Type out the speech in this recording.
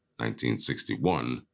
1961